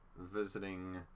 visiting